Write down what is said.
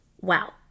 Wow